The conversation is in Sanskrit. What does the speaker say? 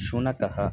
शुनकः